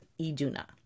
Iduna